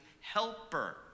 helper